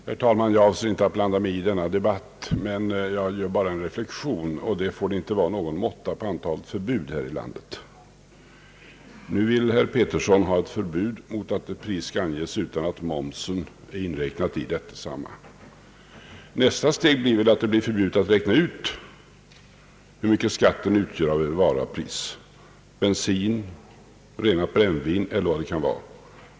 Herr talman! Jag avser inte att blanda mig i denna debatt utan vill endast göra en reflexion: Det får väl ändå vara någon måtta på antalet förbud här i landet. Nu vill herr Arne Pettersson införa förbud mot att pris anges utan att moms är inräknad i detsamma. Nästa steg blir väl ett förbud mot att räkna ut hur stor del av en varas pris skatten utgör, t.ex. på bensin, renat brännvin m.m.